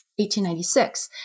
1896